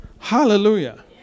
Hallelujah